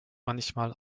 manchmal